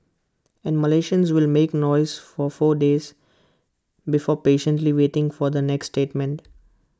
and Malaysians will make noise for four days before patiently waiting for the next statement